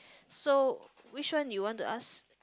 so which one you want to ask